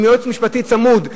עם יועץ משפטי צמוד,